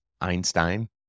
Einstein